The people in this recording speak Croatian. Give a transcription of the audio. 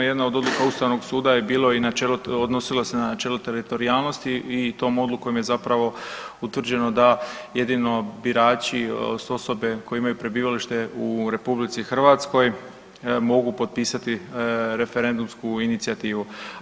Jedna od odluka Ustavnog suda je bilo i načelo, odnosilo se na načelo teritorijalnosti i tom odlukom je zapravo utvrđeno da jedino birači su osobe koje imaju prebivalište u RH mogu potpisati referendumsku inicijativu.